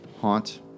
haunt